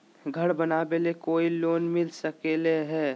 घर बनावे ले कोई लोनमिल सकले है?